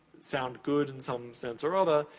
sound good in some sense or other.